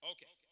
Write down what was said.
Okay